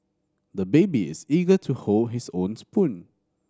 the baby is eager to hold his own spoon